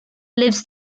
lives